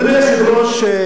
אדוני היושב-ראש,